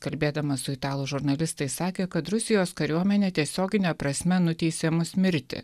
kalbėdamas su italų žurnalistais sakė kad rusijos kariuomenė tiesiogine prasme nuteisė mus mirti